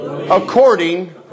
According